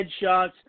headshots